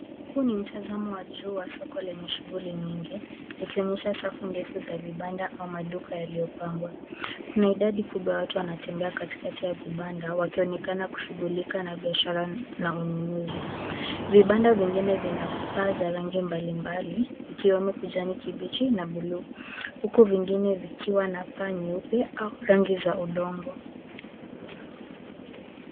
Huu ni mtazamo wa juu wa soko lenye shughuli nyingi likionyesha safu ndefu za vibanda au maduka yaliyopangwa. Kuna idadi kubwa ya watu wanatembea katikati ya vibanda wakionekana kushughulika na biashara na ununuzi. Vibanda vingine vina paa za rangi mbalimbali ikiwemo kijani kibichi na buluu huku vingine vikiwa na paa nyeupe au rangi za udongo.